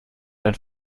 dein